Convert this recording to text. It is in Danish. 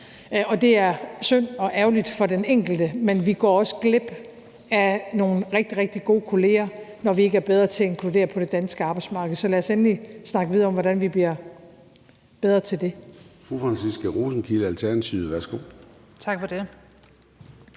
og det er synd og ærgerligt for den enkelte, men vi går også glip af nogle rigtig, rigtig gode kolleger, når vi ikke er bedre til at inkludere på det danske arbejdsmarked. Så lad os endelig snakke videre om, hvordan vi bliver bedre til det. Kl. 01:57 Første næstformand